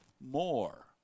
more